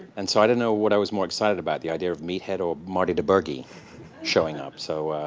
and so i didn't know what i was more excited about, the idea of meathead or marty dibergi showing up. so